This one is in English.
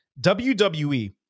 WWE